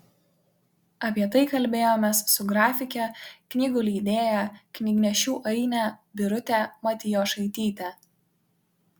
apie tai kalbėjomės su grafike knygų leidėja knygnešių aine birute matijošaityte